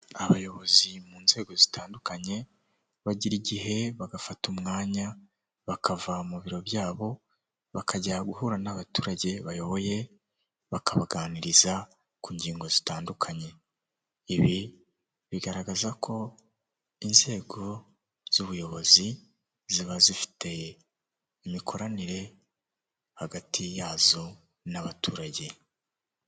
Abayobozi mu nzego zitandukanye bagira igihe bagafata umwanya bakava mu biro byabo bakajya guhura n'abaturage bayoboye bakabaganiriza ku ngingo zitandukanye ibi bigaragaza ko inzego z'ubuyobozi ziba zifite imikoranire hagati yazo n'abaturage.